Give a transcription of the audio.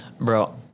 bro